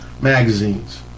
magazines